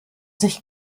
sich